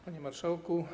Panie Marszałku!